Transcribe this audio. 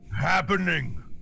happening